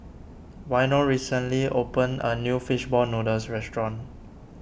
Waino recently opened a new Fish Ball Noodles Restaurant